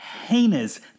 heinous